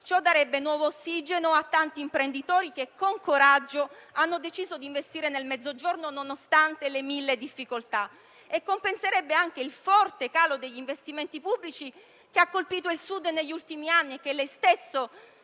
Ciò darebbe nuovo ossigeno a tanti imprenditori che, con coraggio, hanno deciso di investire nel Mezzogiorno, nonostante le mille difficoltà. Inoltre, compenserebbe anche il forte calo degli investimenti pubblici che ha colpito il Sud negli ultimi anni e che lei stesso